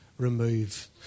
Remove